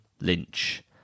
Lynch